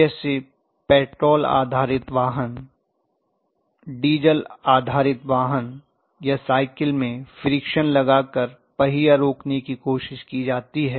जैसे पेट्रोल आधारित वाहन डीजल आधारित वाहन या साइकिल में फ्रिक्शन लगाकर पहिया रोकने की कोशिश की जाती है